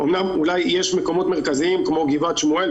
אולי יש מקומות מרכזיים כמו גבעת שמואל,